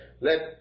let